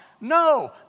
No